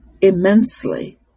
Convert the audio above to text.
immensely